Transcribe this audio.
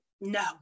no